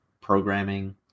programming